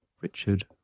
Richard